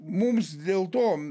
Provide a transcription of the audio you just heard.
mums dėl to